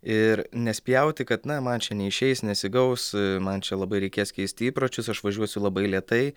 ir nespjauti kad na man čia neišeis nesigaus man čia labai reikės keisti įpročius aš važiuosiu labai lėtai